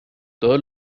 todos